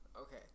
Okay